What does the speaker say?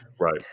Right